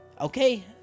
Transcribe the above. Okay